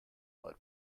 but